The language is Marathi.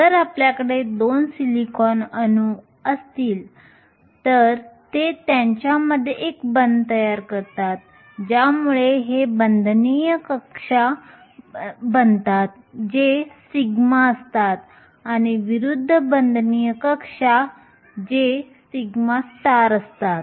जर आपल्याकडे 2 सिलिकॉन अणू सिलिकॉन ऍटम असतील तर ते त्यांच्यामध्ये एक बंध तयार करतात ज्यामुळे हे बांधणीय कक्षा बनतात जे सिग्मा असतात आणि विरुद्ध बांधणीय कक्षा जे σ असतात